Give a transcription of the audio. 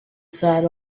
sat